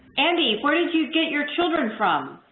andy get your children from?